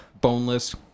boneless